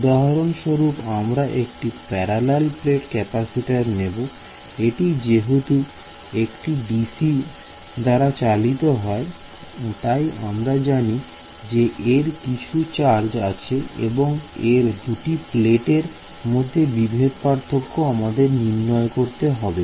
উদাহরণস্বরূপ আমরা একটি প্যারালাল প্লেট ক্যাপাসিটর নেব এটি যেহেতু একটি ডিসি দাঁড়া চালিত তাই আমরা জানি যে এর কিছু চার্জ আছে এবং এর দুটি প্লেটের মধ্যে বিভেদ পার্থক্য আমাদের নির্ণয় করতে হবে